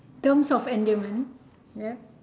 terms of endearment ya